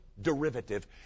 derivative